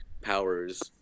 powers